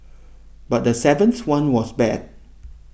but the seventh one was bad